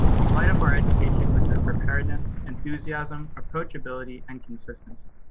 you light up our education with your preparedness, enthusiasm, approachability, and consistency.